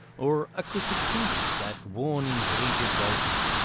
or acoustic pingers that warn endangered dolphins,